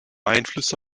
einflüsse